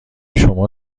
شما